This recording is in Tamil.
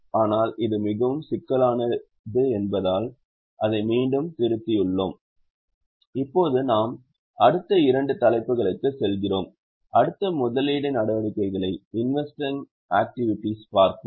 ஆனால் இது மிகவும் சிக்கலானது என்பதால் அதை மீண்டும் திருத்தியுள்ளோம் இப்போது நாம் அடுத்த இரண்டு தலைப்புகளுக்கு செல்கிறோம் அடுத்து முதலீடு நடவடிக்கைகளை பார்ப்போம்